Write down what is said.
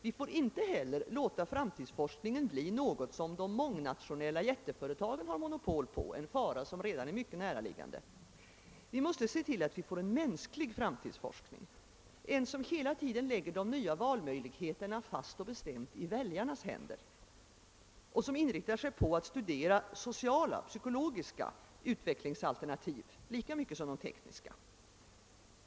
Vi får inte heller låta framtidsforskningen bli något som de mångnationella jätteföretagen får monopol på, en fara som redan är mycket näraliggande. Vi måste laga så att vi får en mänsklig framtidsforskning, som hela tiden lägger de nya valmöjligheterna fast och bestämt i väljarnas händer och som inriktar sig på att studera sociala och psykologiska utvecklingsalternativ lika mycket som de tekniska.